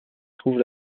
trouve